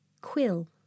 Quill